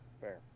Fair